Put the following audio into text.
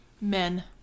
Men